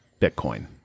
Bitcoin